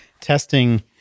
testing